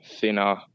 thinner